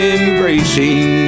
embracing